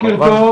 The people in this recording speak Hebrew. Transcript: בוקר טוב